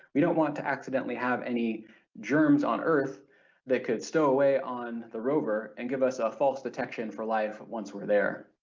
we don't want to accidentally have any germs on earth that could stow away on the rover and give us a false detection for life once we're there.